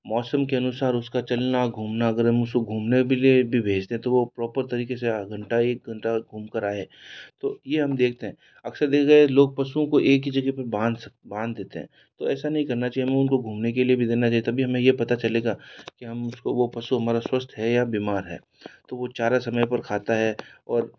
मौसम के अनुसार उसका चलना घूमना अगर हम उसे घूमने के लिए भी भेज दे तो वो परोपर तरीके से घंटा एक घंटा घूम कर आए तो ये हम देखते हैं अक्सर देखते लोग पशुओं को एक ही जगह पर बांध बांध देते हैं ऐसा नहीं करना चाहिए उनको घूमने के लिए भी देना चाहिए तभी हमें यह पता चलेगा कि वो पशु हमारा स्वस्थ है या बीमार है तो वह चारा समय पर खाता है और